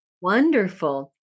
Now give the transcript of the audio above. Wonderful